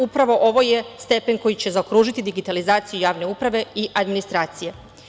Upravo ovo je stepen koji će zaokružiti digitalizaciju javne uprave i administracije.